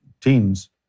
teens